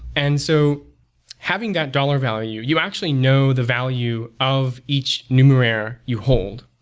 and so having that dollar value, you actually know the value of each numerair you hold.